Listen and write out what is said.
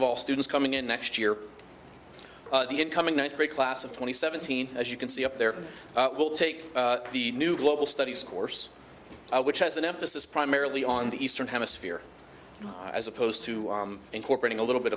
of all students coming in next year the incoming one three class of twenty seventeen as you can see up there will take the new global studies course which has an emphasis primarily on the eastern hemisphere as opposed to incorporating a little bit